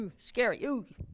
Scary